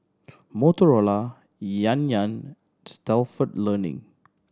Motorola Yan Yan Stalford Learning